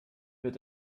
wird